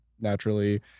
naturally